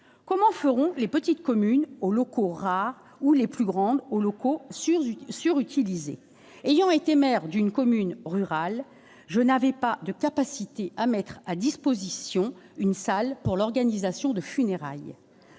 comment feront les petites communes aux locaux rares où les plus grandes aux locaux sur zut sur utilisé ayant été maire d'une commune rurale, je n'avais pas de capacité à mettre à disposition une salle pour l'organisation de funérailles